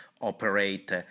operate